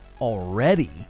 already